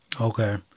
Okay